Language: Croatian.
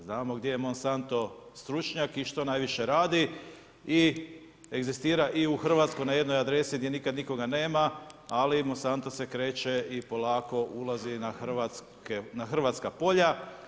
Znamo gdje je Monsantno stručnjak i što najviše radi i egzistira i u Hrvatskoj na jednoj adresi gdje nikad nikoga nema, ali Monsantno se kreće i polako ulazi na hrvatska polja.